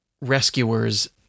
rescuers